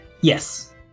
Yes